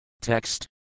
Text